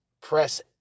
press